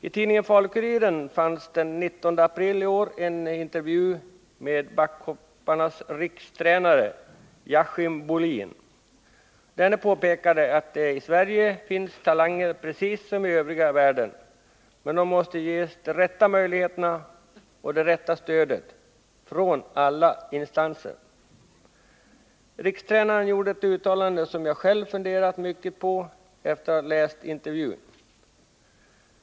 I tidningen Falu-Kuriren fanns den 19 april i år en intervju med backhopparnas rikstränare, Jachym Bulin. Denne påpekade att det i Sverige finns talanger precis som i övriga världen, men de måste ges de rätta möjligheterna och det rätta stödet från alla instanser. Rikstränaren gjorde ett uttalande, som jag själv har funderat mycket på efter att ha läst intervjun.